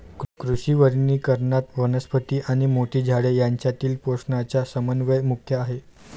कृषी वनीकरणात, वनस्पती आणि मोठी झाडे यांच्यातील पोषणाचा समन्वय मुख्य आहे